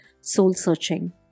soul-searching